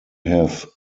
have